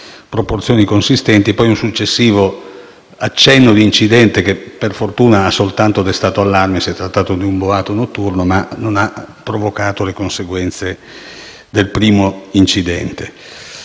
proporzioni consistenti, e il successivo accenno di incidente, che per fortuna ha soltanto destato allarme, in quanto si è trattato di un boato notturno, che non ha provocato le conseguenze del primo.